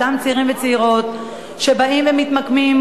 אותם צעירים וצעירות באים ומתמקמים,